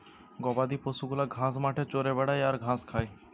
গবাদি পশু গুলা ঘাস মাঠে চরে বেড়ায় আর ঘাস খায়